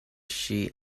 sheet